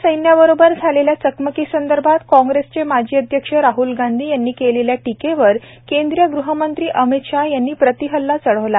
लडाख मद्ये चीनच्या सैन्याबरोबर झालेल्या चकमकी संदर्भात काँग्रेसचे माजी अध्यक्ष राहल गांधी यांनी केलेल्या टीकेवर केंद्रीय गृहमंत्री अमित शहा यांनी प्रतिहल्ला चढवला